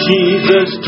Jesus